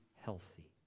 healthy